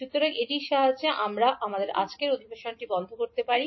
সুতরাং এটির সাহায্যে আমরা আমাদের আজকের অধিবেশনটি বন্ধ করতে পারি